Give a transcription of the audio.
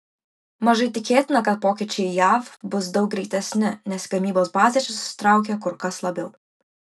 mažai tikėtina kad pokyčiai jav bus daug greitesni nes gamybos bazė čia susitraukė kur kas labiau